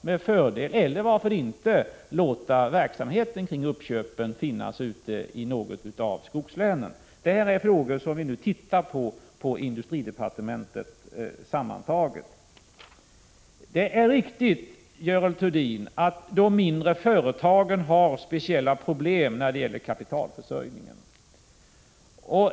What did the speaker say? Varför skulle inte verksamheten kring uppköpen kunna finnas i något av skogslänen? Det är sådana här frågor som vi på industridepartementet sammantaget nu studerar. Det är riktigt, Görel Thurdin, att de mindre företagen har speciella problem när det gäller kapitalförsörjningen.